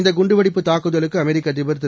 இந்த குண்டுவெடிப்பு தாக்குதலுக்கு அமெரிக்க அதிபர் திரு